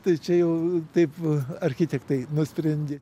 tai čia jau taip architektai nusprendė